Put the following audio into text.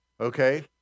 Okay